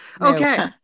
Okay